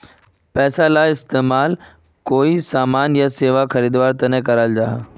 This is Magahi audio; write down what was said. पैसाला इस्तेमाल कोए सामान या सेवा खरीद वार तने कराल जहा